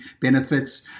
benefits